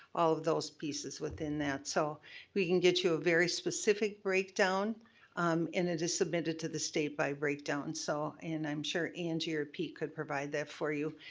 all of those pieces within that. so we can get you a very specific breakdown um and it is submitted to the state by breakdown, so and i'm sure angie or pete could provide that for you.